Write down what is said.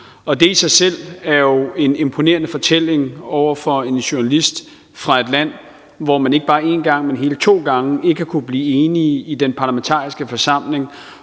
Og det i sig selv er jo en imponerende fortælling over for en journalist fra et land, hvor man ikke bare én gang, men hele to gange ikke har kunnet blive enige i den parlamentariske forsamling